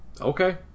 Okay